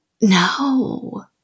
No